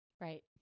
Right